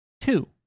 Two